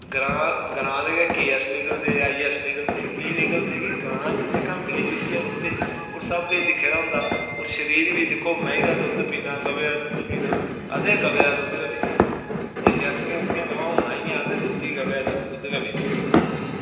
ग्रांऽ ग्रांऽ दे केएएस निकलदे आईएएस निकलदे कीऽ निकलदे की ग्रांऽ च जेह्का मिली जुलियै रौहंदे ओह् सब किश दिक्खे दा होंदा ओह् शरीर बी दिक्खो मेंहीं दा दुद्ध पीना गवै दा दुद्ध पीना असें गवै दा दुद्ध गै पीता जी एह् जरसी गवांऽ हून आइयां असें देसी गवै दा दुद्ध गै पीता